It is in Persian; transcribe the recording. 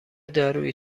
دارویی